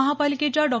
महापालिकेच्या डॉ